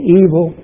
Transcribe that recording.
evil